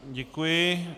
Děkuji.